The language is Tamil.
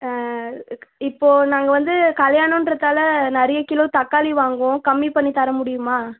ஆ இப் இப்போது நாங்கள் வந்து கல்யாணன்றதாலே நிறைய கிலோ தக்காளி வாங்குவோம் கம்மி பண்ணித் தர முடியுமா